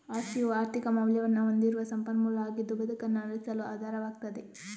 ಆಸ್ತಿಯು ಆರ್ಥಿಕ ಮೌಲ್ಯವನ್ನ ಹೊಂದಿರುವ ಸಂಪನ್ಮೂಲ ಆಗಿದ್ದು ಬದುಕನ್ನ ನಡೆಸಲು ಆಧಾರವಾಗ್ತದೆ